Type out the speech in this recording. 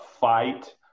fight